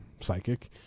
psychic